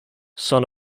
son